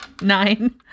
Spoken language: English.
nine